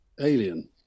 Alien